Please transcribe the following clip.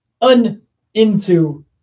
un-into